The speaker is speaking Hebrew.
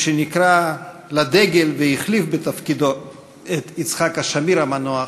משנקרא לדגל והחליף בתפקיד את יצחק שמיר המנוח,